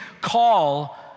call